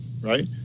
right